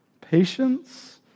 patience